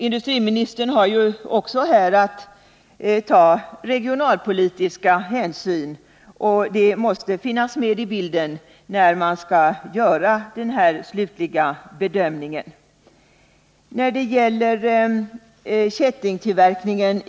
Industriministern har ju att ta också regionalpolitiska hänsyn, och det måste finnas med i bilden, när han skall göra den slutliga bedömningen.